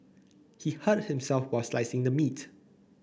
he hurt himself while slicing the meat